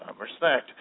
respect